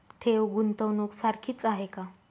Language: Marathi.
ठेव, गुंतवणूक सारखीच आहे का?